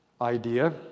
idea